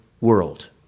world